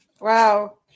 Wow